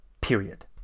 Period